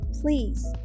Please